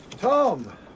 Tom